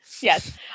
Yes